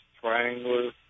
triangular